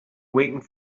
waiting